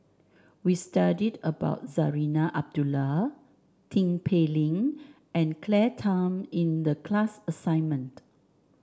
we studied about Zarinah Abdullah Tin Pei Ling and Claire Tham in the class assignment